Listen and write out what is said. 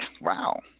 Wow